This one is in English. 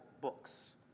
Books